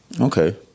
Okay